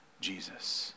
Jesus